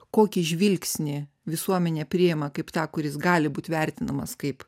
kokį žvilgsnį visuomenė priima kaip tą kuris gali būti vertinamas kaip